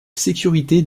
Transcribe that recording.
sécurité